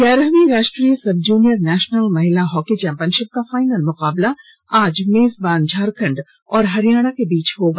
ग्यारहवीं राष्ट्रीय sub junior national महिला हॉकी चैम्पियनशिप का फाइनल मुकाबला आज मेजबान झारखंड और हरियाणा के बीच होगा